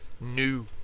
new